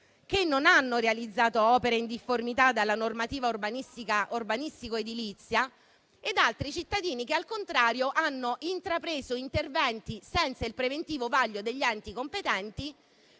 che non hanno realizzato opere in difformità dalla normativa urbanistico edilizia ed altri cittadini che, al contrario, hanno intrapreso interventi senza il preventivo vaglio degli enti competenti,